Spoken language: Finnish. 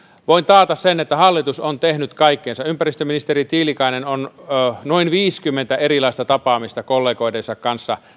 voin taata sen että hallitus on tehnyt kaikkensa ympäristöministeri tiilikaisella on ollut noin viisikymmentä erilaista tapaamista kollegoidensa kanssa